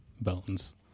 bones